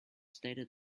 stated